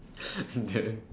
and then